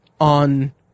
on